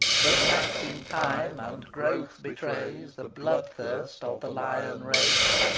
but waxing time and growth betrays the blood-thirst of the lion-race,